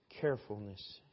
carefulness